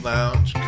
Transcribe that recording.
Lounge